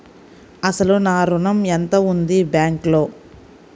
అసలు నా ఋణం ఎంతవుంది బ్యాంక్లో?